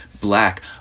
black